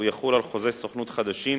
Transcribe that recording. הוא יחול על חוזי סוכנות חדשים,